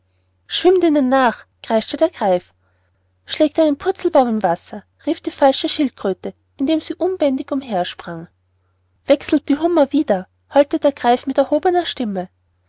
schwimmt ihnen nach kreischte der greif schlägt einen purzelbaum im wasser rief die falsche schildkröte indem sie unbändig umhersprang wechselt die hummer wieder heulte der greif mit erhobener stimme